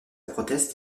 proteste